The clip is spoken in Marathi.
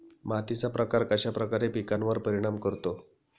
मातीचा प्रकार कश्याप्रकारे पिकांवर परिणाम करतो?